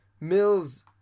Mills